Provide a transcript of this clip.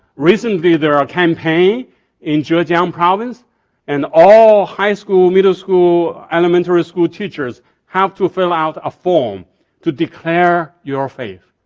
recently there are campaign in zhejiang province and all high school, middle school, elementary school teachers have to fill out a form to declare your faith.